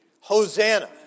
Hosanna